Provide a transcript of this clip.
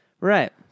Right